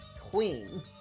queen